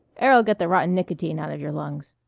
air'll get the rotten nicotine out of your lungs.